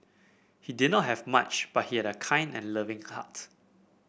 he did not have much but he had a kind and loving heart